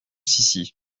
ici